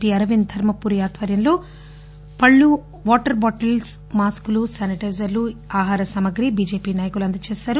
P Arvind Darshapuri ఆధ్వర్యంలో పళ్ళు water bottle లు మాస్కులు శానిటైజర్ లు ఇతర ఆహార సామాగ్రిని బిజెపి నాయకులు అందజేశారు